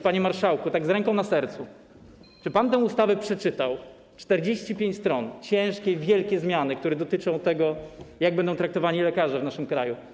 Panie marszałku, tak z ręką na sercu, czy pan tę ustawę przeczytał, te 45 stron, te ciężkie i wielkie zmiany, które dotyczą tego, jak będą traktowani lekarze w naszym kraju?